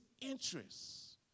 interests